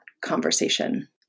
conversation